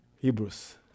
Hebrews